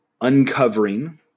uncovering